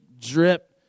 drip